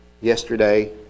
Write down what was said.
yesterday